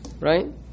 right